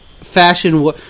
fashion